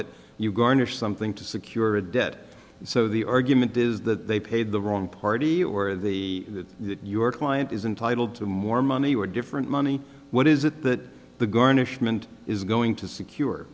it you garnish something to secure a debt so the argument is that they paid the wrong party or the your client is intitled to more money or different money what is it that the garnishment is going to secure